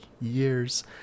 years